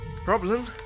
Problem